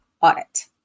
audit